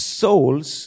souls